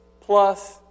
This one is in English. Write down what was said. plus